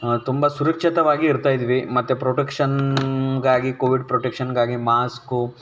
ತುಂಬ ಸುರಕ್ಷಿತವಾಗಿ ಇರ್ತಾಯಿದ್ವಿ ಮತ್ತು ಪ್ರೊಟೆಕ್ಷನ್ನಿಗಾಗಿ ಕೋವಿಡ್ ಪ್ರೊಟೆಕ್ಷನ್ನಿಗಾಗಿ ಮಾಸ್ಕು